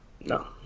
No